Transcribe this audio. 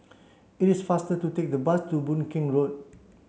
it is faster to take the bus to Boon Keng Road